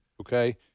okay